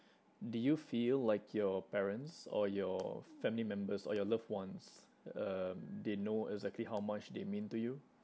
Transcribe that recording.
do you feel like your parents or your family members or your loved ones um they know exactly how much they mean to you